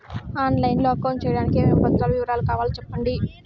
On line లో account సేయడానికి ఏమేమి పత్రాల వివరాలు కావాలో సెప్పండి?